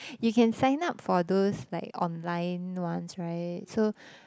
you can sign up for those like online ones right so